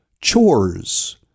chores